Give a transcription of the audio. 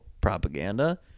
propaganda